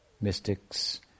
mystics